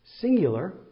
singular